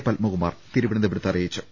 പത്മകുമാർ തിരുവനന്ത പുരത്ത് അറിയിച്ചു